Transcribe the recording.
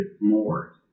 more